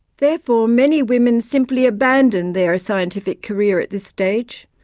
therefore many women simply abandon their scientific career at this stage,